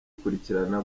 ikurikirana